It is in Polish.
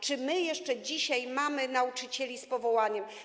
Czy my jeszcze dzisiaj mamy nauczycieli z powołania?